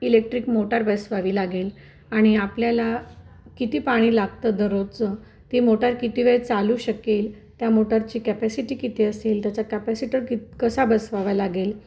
electric motor बसवावी लागेल आणि आपल्याला किती पाणी लागतं दररोजचं ती मोटार किती वेळ चालू शकेल त्या मोटारची कॅपॅसिटी किती असेल त्याचा कॅपॅसिटर कित कसा बसवावा लागेल